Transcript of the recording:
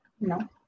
No